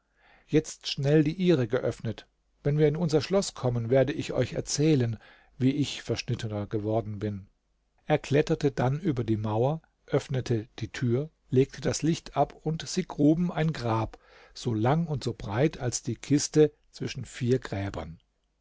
jetzt schnell die ihre geöffnet wenn wir in unser schloß kommen werde ich euch erzählen wie ich verschnittener geworden bin er kletterte dann über die mauer öffnete die tür legte das licht ab und sie gruben ein grab so lang und so breit als die kiste zwischen vier gräbern